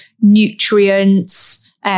nutrients